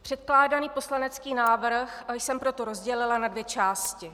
Předkládaný poslanecký návrh jsem proto rozdělila na dvě části.